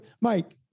Mike